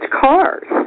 cars